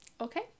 Okay